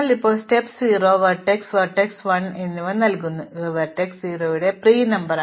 അതിനാൽ നമ്മൾ സ്റ്റെപ്പ് 0 ൽ വെർട്ടെക്സ് 0 വെർട്ടെക്സ് 1 എന്നിവ നൽകുന്നു അതിനാൽ ഇത് വെർട്ടെക്സ് 0 ന്റെ പ്രീ നമ്പറാണ്